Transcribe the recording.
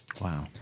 Wow